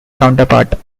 counterpart